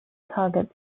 targets